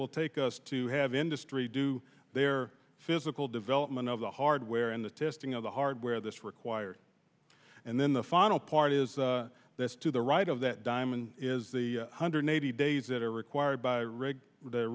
will take us to have industry do their physical development of the hardware and the testing of the hardware this required and then the final part is this to the right of that diamond is the one hundred eighty days that are required by